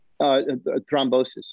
thrombosis